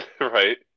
Right